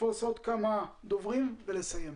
עוד כמה דוברים ולסיים.